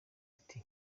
ati